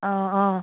অঁ অঁ